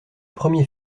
premier